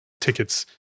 tickets